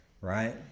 right